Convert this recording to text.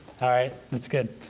right. that's good.